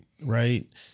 Right